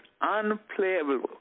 unplayable